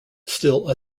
still